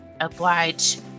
oblige